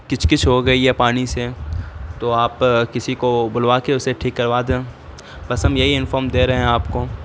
کچ کچ ہو گئی ہے پانی سے تو آپ کسی کو بلوا کے اسے ٹھیک کروا دیں بس ہم یہی انفام دے رہے ہیں آپ کو